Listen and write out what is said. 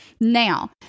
Now